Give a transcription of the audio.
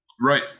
Right